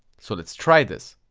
so let's try this.